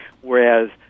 Whereas